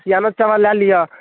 असिआना चावल लऽ लिअऽ